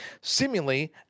seemingly